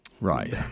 Right